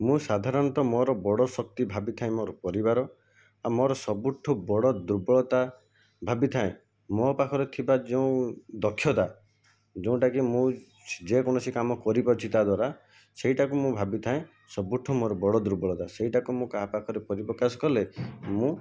ମୁଁ ସାଧାରଣତଃ ମୋର ବଡ଼ ଶକ୍ତି ଭାବିଥାଏ ମୋର ପରିବାର ଆଉ ମୋର ସବୁଠୁ ବଡ଼ ଦୁର୍ବଳତା ଭାବିଥାଏ ମୋ ପାଖରେ ଥିବା ଯୋଉ ଦକ୍ଷତା ଯୋଉଟାକି ମୁଁ ଯେକୌଣସି କାମ କରିପାରୁଛି ତା'ଦ୍ଵାରା ସେଇଟାକୁ ମୁଁ ଭାବିଥାଏ ସବୁଠୁ ମୋର ବଡ଼ ଦୁର୍ବଳତା ସେଇଟାକୁ ମୁଁ କାହା ପାଖରେ ପରିପ୍ରକାଶ କଲେ ମୁଁ